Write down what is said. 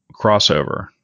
crossover